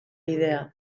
bidea